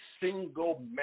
single